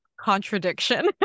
contradiction